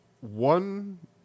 one